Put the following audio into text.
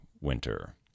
winter